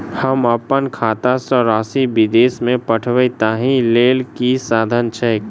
हम अप्पन खाता सँ राशि विदेश मे पठवै ताहि लेल की साधन छैक?